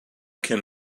can